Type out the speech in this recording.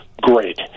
great